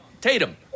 Tatum